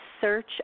search